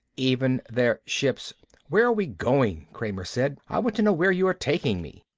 even their ships where are we going? kramer said. i want to know where you are taking me.